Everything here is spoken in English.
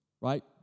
right